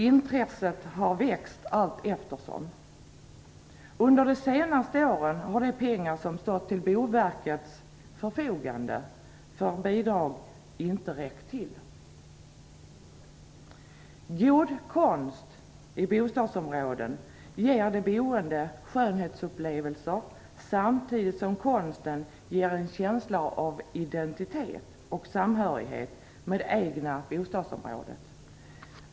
Intresset har växt allteftersom. Under de senaste åren har de pengar som funnits till Boverkets förfogande för bidrag inte räckt till. God konst i bostadsområden ger de boende skönhetsupplevelser, samtidigt som konsten ger en känsla av identitet och samhörighet med det egna bostadsområdet.